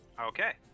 Okay